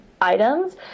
items